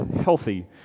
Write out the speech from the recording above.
healthy